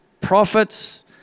prophets